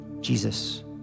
Jesus